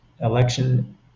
election